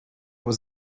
was